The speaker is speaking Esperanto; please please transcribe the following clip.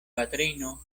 patrino